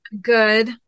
Good